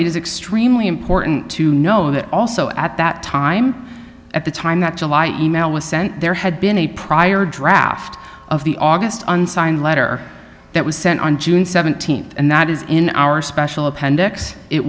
is extremely important to know that also at that time at the time that july e mail was sent there had been a prior draft of the august unsigned letter that was sent on june th and that is in our special appendix it